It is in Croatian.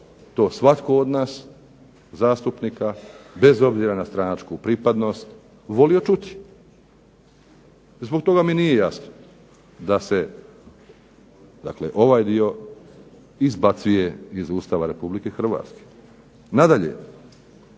to svatko od nas zastupnika bez obzira na stranačku pripadnost volio čuti. Zbog toga mi nije jasno da se dakle ovaj dio izbacuje iz Ustava Republike Hrvatske. Nadalje